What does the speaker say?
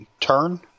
turn